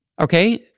Okay